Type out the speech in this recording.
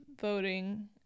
voting